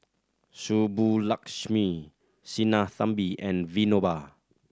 Subbulakshmi Sinnathamby and Vinoba